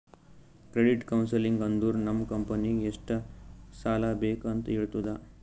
credit counselling ಅಂದುರ್ ನಮ್ ಕಂಪನಿಗ್ ಎಷ್ಟ ಸಾಲಾ ಬೇಕ್ ಅಂತ್ ಹೇಳ್ತುದ